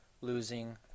losing